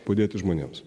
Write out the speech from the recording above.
padėti žmonėms